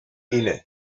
اینه